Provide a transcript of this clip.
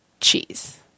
Cheese